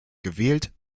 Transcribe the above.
gewählt